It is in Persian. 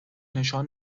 نشان